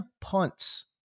punts